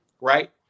right